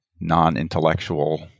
non-intellectual